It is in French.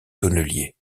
tonnelier